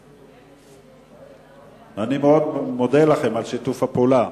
ומפריעים, אני לא קורא להם מדברים,